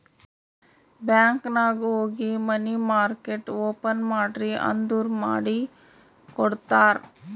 bank ನಾಗ್ ಹೋಗಿ money market open ಮಾಡ್ರಿ ಅಂದುರ್ ಮಾಡಿ ಕೊಡ್ತಾರ್